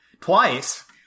Twice